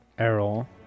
Errol